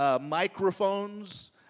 Microphones